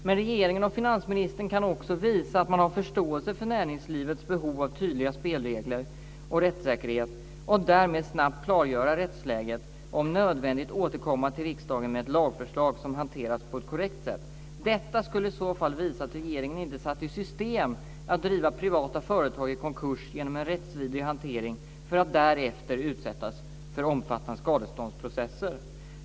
Men regeringen och finansministern kan också visa att man har förståelse för näringslivets behov av tydliga spelregler och rättssäkerhet och därmed snabbt klargöra rättsläget och om nödvändigt återkomma till riksdagen med ett lagsförslag som hanterats på ett korrekt sätt. Detta skulle i så fall visa att regeringen inte satt i system att driva privata företag i konkurs genom en rättsvidrig hantering för att därefter utsättas för omfattande skadeståndsprocesser.